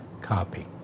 copy